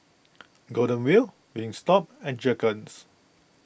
Golden Wheel Wingstop and Jergens